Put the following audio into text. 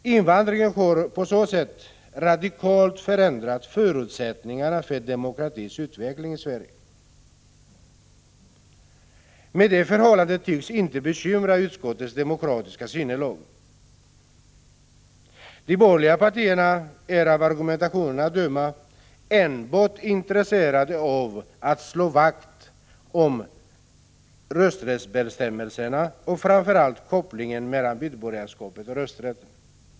Invandringen har på så sätt radikalt förändrat förutsättningarna för demokratins utveckling i Sverige. Men det förhållandet tycks inte bekymra utskottsledamöternas demokratiska sinnelag. De borgerliga partierna är av argumentationen att döma enbart intresserade av att slå vakt om rösträttsbestämmelserna och framför allt kopplingen mellan medborgarskap och rösträtt.